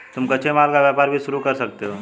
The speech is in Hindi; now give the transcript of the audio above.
तुम कच्चे माल का व्यापार भी शुरू कर सकते हो